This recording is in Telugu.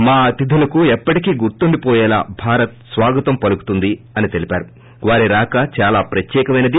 మా అతిథులకు ఎప్పటికీ గుర్తుండిపోయేలా భారత్ స్వాగతం పలుకుతుంది అని తెలిపారు వారి రాక చాలా ప్రత్యేకమైంది